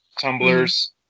tumblers